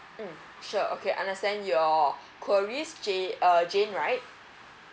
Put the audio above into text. mm sure okay I understand your queries ja~ uh jane right